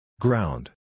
Ground